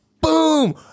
Boom